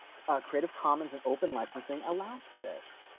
creative commons and open licensing allows for this.